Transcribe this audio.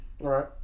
right